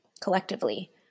collectively